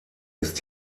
ist